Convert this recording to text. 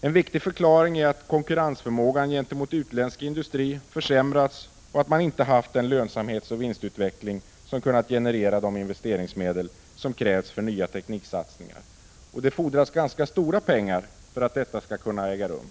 En viktig förklaring är att konkurrensförmågan gentemot utländsk industri har försämrats och att företagen inte haft den lönsamhetsoch vinstutveckling som kunnat generera de investeringsmedel som krävs för nya tekniksatsningar. Det fordras ganska stora pengar för att detta skall kunna äga rum.